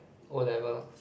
O-levels